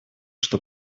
что